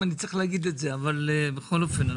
אני צריך להגיד את זה אבל בכל אופן,